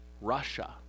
Russia